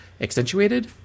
accentuated